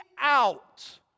out